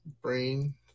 Brain